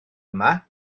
yma